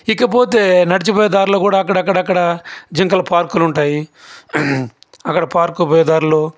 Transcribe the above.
ఇకపోతే నడిచిపోయే దారిలో కూడా అక్కడక్కడ జింకలు పార్కులు ఉంటాయి అక్కడ పార్కుకు పోయే దారిలో